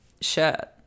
shirt